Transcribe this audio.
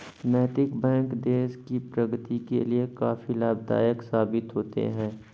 नैतिक बैंक देश की प्रगति के लिए काफी लाभदायक साबित होते हैं